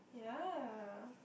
yeah